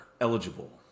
eligible